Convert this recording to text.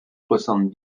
soixante